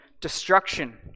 destruction